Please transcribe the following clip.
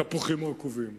"תפוחים רקובים".